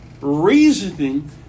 reasoning